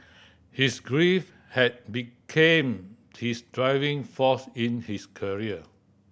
his grief had became his driving force in his career